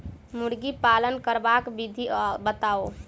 मुर्गी पालन करबाक विधि बताऊ?